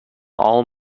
all